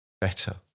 better